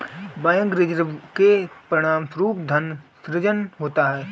bank reserve के परिणामस्वरूप धन सृजन होता है